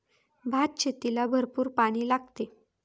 भातशेतीला भरपूर पाणी लागते